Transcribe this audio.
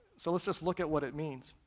so let's just look at what it means.